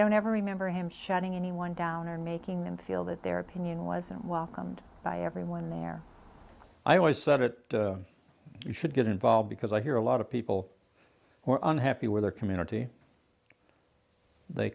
don't ever remember him shouting anyone down or making them feel that their opinion wasn't welcomed by everyone there i always said that you should get involved because i hear a lot of people were unhappy with their community they